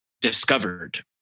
discovered